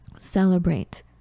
celebrate